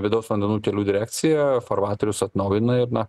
vidaus vandenų kelių direkcija farvaterius atnaujina ir na